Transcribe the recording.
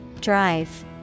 Drive